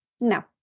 no